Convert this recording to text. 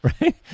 Right